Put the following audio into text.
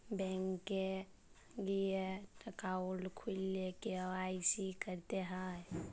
bank এ গিয়ে account খুললে কে.ওয়াই.সি ক্যরতে হ্যয়